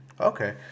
Okay